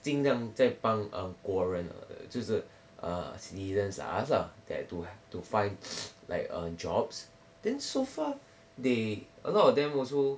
尽量在帮 um 国人了就是 err citizens ah us lah that to to find like err jobs then so far they a lot of them also